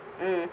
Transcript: mm